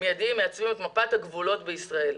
מעצבים את מפת הגבולות בישראל.